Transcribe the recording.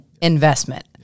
investment